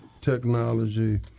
Technology